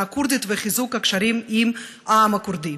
הכורדית וחיזוק הקשרים עם העם הכורדי.